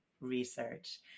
research